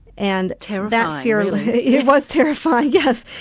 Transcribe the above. and terrifying, yeah really. it was terrifying, yes.